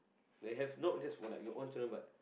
they have not just for like your own children but